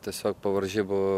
tiesiog po varžybų